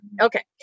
okay